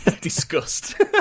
disgust